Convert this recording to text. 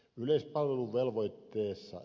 arvoisa puhemies